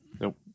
Nope